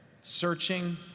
Searching